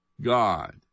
God